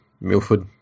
Milford